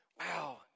wow